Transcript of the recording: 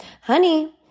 honey